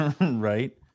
Right